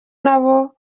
nabo